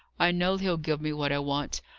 i know he'll give me what i want.